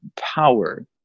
power